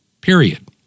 period